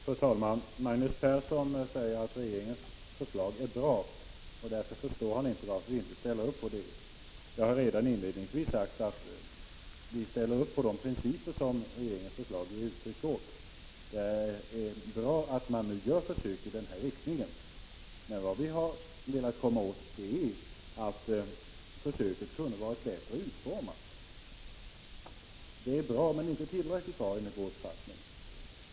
Fru talman! Magnus Persson säger att regeringens förslag är bra och att han därför inte förstår varför vi inte ställer upp på det. Jag har redan inledningsvis sagt att vi ställer upp på de principer som regeringsförslaget ger uttryck åt — det är bra att man gör ett försök i den här riktningen. Men vad vi velat peka på är att försöket kunde ha varit bättre utformat. Försöket är bra men inte tillräckligt bra, enligt vår uppfattning.